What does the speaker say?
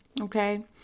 okay